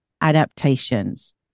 adaptations